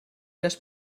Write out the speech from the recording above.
les